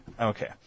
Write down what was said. okay